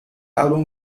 album